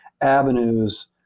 avenues